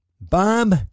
Bob